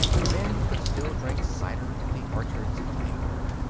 men could still drink cider in the orchards of england.